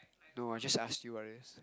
no I just ask you what is it